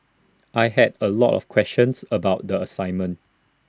I had A lot of questions about the assignment